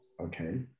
Okay